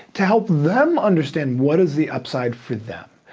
to help them understand what is the upside for them.